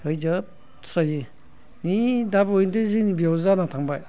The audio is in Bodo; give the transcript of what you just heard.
थैजोबस्रायो ओइ दाबावैसो जोंनि बेयाव जाना थांबाय